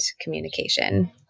communication